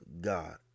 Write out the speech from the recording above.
God